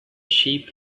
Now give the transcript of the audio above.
sheep